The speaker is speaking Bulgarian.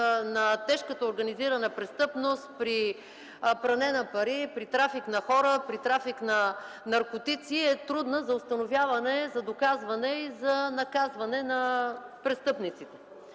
на тежката организирана престъпност при пране на пари, при трафик на хора, при трафик на наркотици е трудна за установяване, за доказване и за наказване на престъпниците.